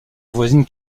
voisine